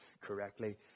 correctly